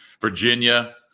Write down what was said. Virginia